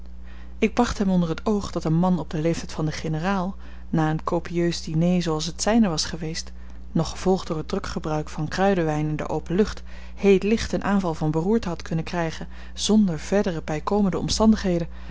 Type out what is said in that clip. ik bracht hem onder t oog dat een man op den leeftijd van den generaal na een copieus diner zooals het zijne was geweest nog gevolgd door het druk gebruik van kruidenwijn in de open lucht heel licht een aanval van beroerte had kunnen krijgen zonder verdere bijkomende omstandigheden